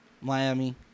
Miami